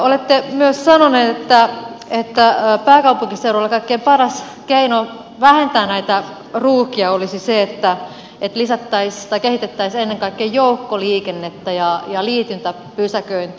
olette myös sanonut että pääkaupunkiseudulla kaikkein paras keino vähentää näitä ruuhkia olisi se että kehitettäisiin ennen kaikkea joukkoliikennettä ja liityntäpysäköintiä